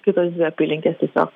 kitos dvi apylinkės tiesiog